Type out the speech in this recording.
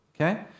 Okay